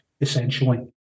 essentially